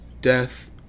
death